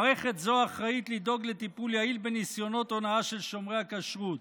מערכת זו אחראית לדאוג לטיפול יעיל בניסיונות הונאה של שומרי הכשרות.